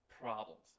problems